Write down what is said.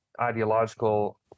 ideological